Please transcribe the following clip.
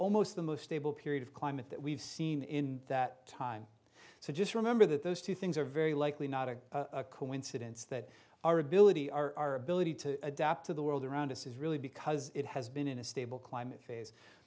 almost the most stable period of climate that we've seen in that time so just remember that those two things are very likely not a coincidence that our ability our ability to adapt to the world around us is really because it has been in a stable climate phase